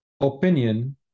opinion